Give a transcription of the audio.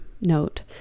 note